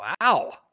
Wow